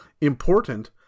important